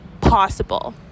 possible